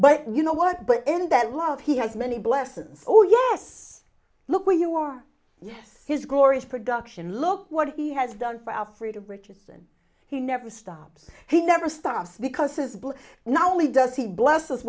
but you know what but in that love he has many blessings oh yes look where you are yes his glory is production look what he has done for our freedom richardson he never stops he never stops because as bill now only does he blesse